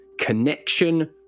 connection